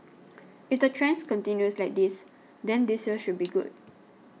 if the trend continues like this then this year should be good